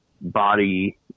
body